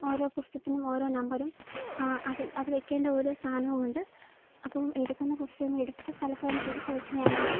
ഓരോ പുസ്തകത്തിനും ഓരോ നമ്പറും അത് അത് വെയ്ക്കേണ്ട ഓരോ സ്ഥാനവുമുണ്ട് അപ്പം എടുക്കുന്ന പുസ്തകങ്ങള് എടുത്ത സ്ഥലത്തുതന്നെ തിരിച്ച് വെയ്ക്കുകയാണെങ്കിൽ